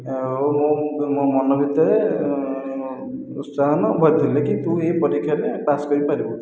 ଆଉ ମୋ ମନ ଭିତରେ ପ୍ରୋତ୍ସାହନ ଭରିଥିଲେ କି ତୁ ଏଇ ପରୀକ୍ଷାରେ ପାସ୍ କରିପାରିବୁ